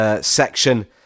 section